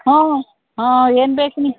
ಹ್ಞೂ ಏನು ಬೇಕು ನಿ